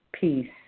peace